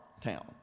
town